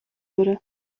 wurde